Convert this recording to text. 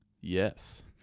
Yes